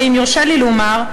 ואם יורשה לי לומר,